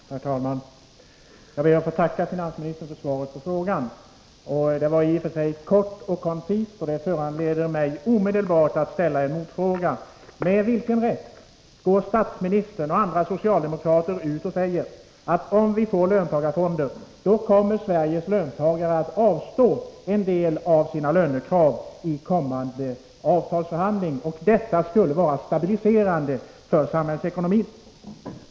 Herr talman! Jag ber att få tacka finansministern för svaret på min fråga. Det var i och för sig kort och koncist, och det föranleder mig att omedelbart ställa en motfråga: Med vilken rätt går statsministern och andra socialde Nr 19 mokrater ut och säger att om vi får löntagarfonder kommer Sveriges Tisdagen den löntagare att avstå en del av sina lönekrav i kommande avtalsförhandling, 8 november 1983 och att det skulle vara stabiliserande för samhällsekonomin?